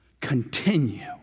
continue